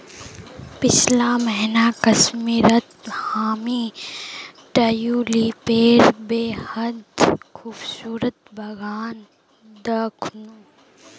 पीछला महीना कश्मीरत हामी ट्यूलिपेर बेहद खूबसूरत बगान दखनू